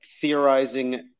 theorizing